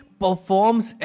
performs